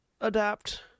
adapt